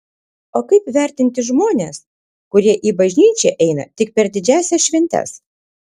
o kaip vertinti žmones kurie į bažnyčią eina tik per didžiąsias šventes